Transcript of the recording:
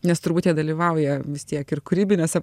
nes turbūt jie dalyvauja vis tiek ir kūrybiniuose